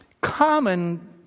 common